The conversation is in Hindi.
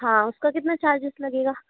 हाँ उसका कितना चार्जेज़ लगेगा